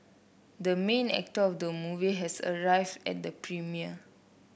the main actor of the movie has arrived at the premiere